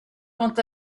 quant